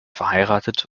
verheiratet